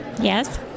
Yes